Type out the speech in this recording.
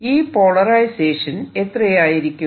ഈ പോളറൈസേഷൻ എത്രയായിരിക്കും